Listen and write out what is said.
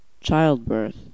childbirth